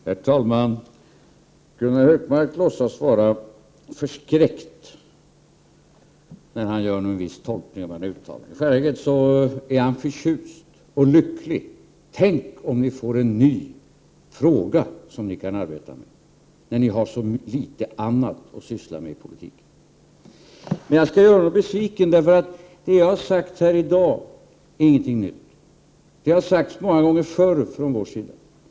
Herr talman! Gunnar Hökmark låtsas vara förskräckt när han gör en viss tolkning av mitt uttalande. I själva verket är han förtjust och lycklig: tänk om ni får en ny fråga som ni kan arbeta med när ni har så litet annat att syssla med i politiken! Men jag skall göra Gunnar Hökmark besviken därför att det jag har sagt här i dag inte är någonting nytt. Det har sagts många gånger förr från vår sida.